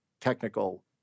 technical